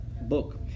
book